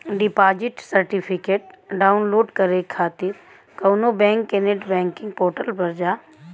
deposit certificate download करे खातिर कउनो बैंक के नेट बैंकिंग पोर्टल पर जा